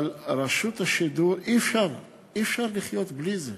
אבל רשות השידור, אי-אפשר, אי-אפשר לחיות בלי זה.